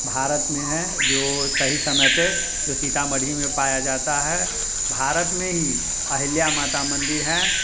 भारत में है जो सही समय पर जो सीतामढ़ी में पाया जाता है भारत में ही अहिल्या माता मंदिर है